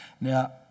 Now